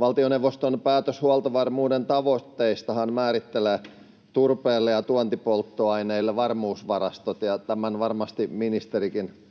Valtioneuvoston päätös huoltovarmuuden tavoitteistahan määrittelee turpeelle ja tuontipolttoaineille varmuusvarastot, ja tämän varmasti ministerikin